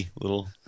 little